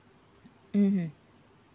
mmhmm